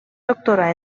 doctorar